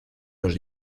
los